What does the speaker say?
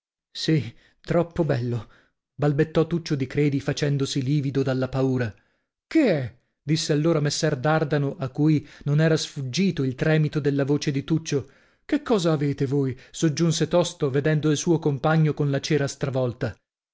sì troppo bello balbettò tuccio di credi facendosi livido dalla paura che è disse allora messer dardano a cui non era sfuggito il tremito della voce di tuccio che cosa avete voi soggiunse tosto vedendo il suo compagno con la cera stravolta